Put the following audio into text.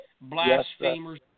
blasphemers